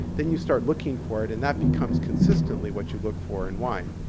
then you start looking for it and that becomes consistently what you look for in wine.